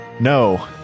no